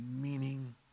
meaning